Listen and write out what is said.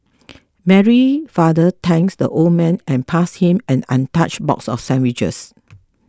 Mary father thanked the old man and passed him an untouched box of sandwiches